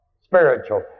Spiritual